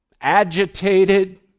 agitated